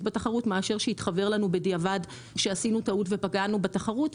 בתחרות מאשר שיתחוור לנו בדיעבד שעשינו טעות ופגענו בתחרות,